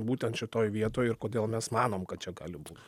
būtent šitoj vietoj ir kodėl mes manom kad čia gali būt